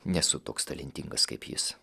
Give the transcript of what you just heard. nesu toks talentingas kaip jis